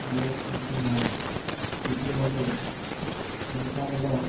నిర్వర్తిస్తున్నారు ఇటీవలే సంవత్సరాల్లో